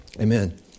Amen